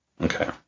Okay